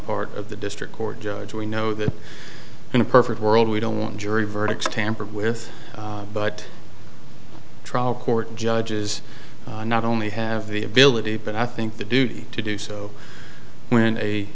part of the district court judge we know that in a perfect world we don't want jury verdicts tampered with but trial court judges not only have the ability but i think the duty to do so when a